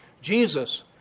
Jesus